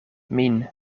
min